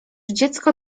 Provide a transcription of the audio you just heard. dziecko